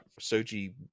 Soji